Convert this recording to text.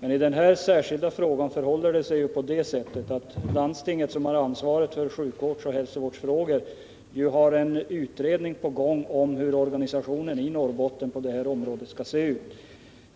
Men i den här särskilda frågan förhåller det sig på det sättet att landstinget, som har ansvaret för sjukvårdsoch hälsovårdsfrågor, har en utredning i gång om hur organisationen i Norrbotten på detta område skall se ut.